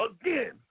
again